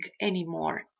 anymore